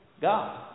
God